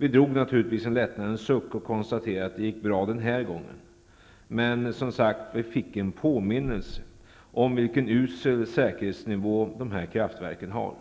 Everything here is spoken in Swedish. Vi drog naturligtvis en lättnadens suck och konstaterade att det gick bra den här gången, men vi fick som sagt en påminnelse om vilken usel säkerhetsnivå de här kraftverken har.